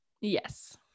Yes